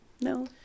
No